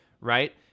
right